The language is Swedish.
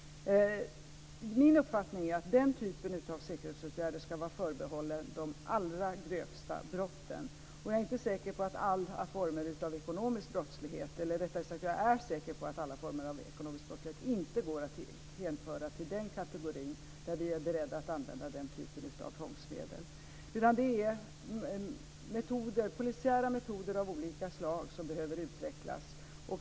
Min uppfattning är att den typen av säkerhetsåtgärder ska vara förbehållen de allra grövsta brotten. Jag är säker på att alla former av ekonomisk brottslighet inte går att hänföra till den kategori där vi är beredda att använda den typen av tvångsmedel. Det är polisiära metoder av olika slag som behöver utvecklas.